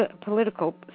political